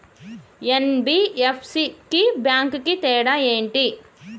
NBFC కి bank కి తేడా ఏంటి?